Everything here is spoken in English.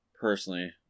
personally